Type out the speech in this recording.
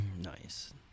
nice